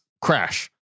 crash